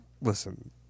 listen